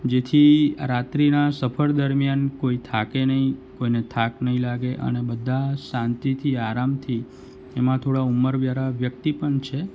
જેથી રાત્રિના સફર દરમિયાન કોઈ થાકે નહીં કોઈને થાક નહીં લાગે અને બધા શાંતિથી આરામથી એમાં થોડા ઉંમરવાળા વ્યક્તિ પણ છે